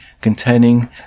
containing